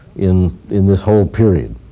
in in this whole period.